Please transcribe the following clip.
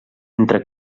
entre